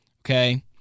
Okay